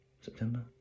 September